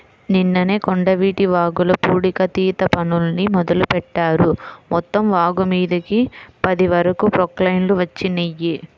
నిన్ననే కొండవీటి వాగుల పూడికతీత పనుల్ని మొదలుబెట్టారు, మొత్తం వాగుమీదకి పది వరకు ప్రొక్లైన్లు వచ్చినియ్యి